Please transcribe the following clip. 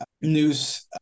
news